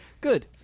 Good